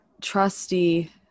trusty